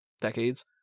decades